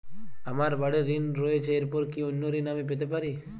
আমার বাড়ীর ঋণ রয়েছে এরপর কি অন্য ঋণ আমি পেতে পারি?